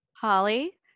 Holly